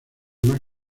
más